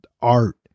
art